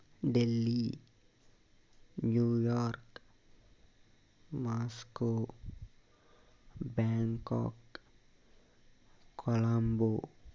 Delhi New York Moscow Bangkok Colombo